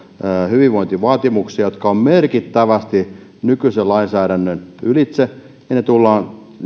hyvinvointivaatimuksia jotka ovat merkittävästi nykyisen lainsäädännön ylitse ja niitä tullaan